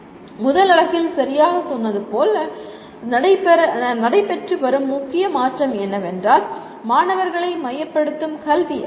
முதல் அலகில் சரியாகச் சொன்னது போல நடைபெற்று வரும் முக்கிய மாற்றம் என்னவென்றால் மாணவர்களை மையப்படுத்தும் கல்வி ஆகும்